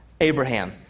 Abraham